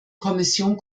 kommission